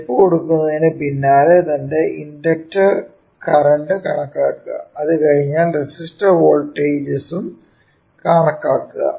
step കൊടുക്കുന്നതിനു പിന്നാലെ തന്നെ ഇണ്ടക്ടർ കറന്റ് കണക്കാക്കുക അത് കഴിഞ്ഞു റെസിസ്റ്റർ വോൾടേജ്സും കണക്കാക്കുക